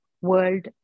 world